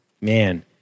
Man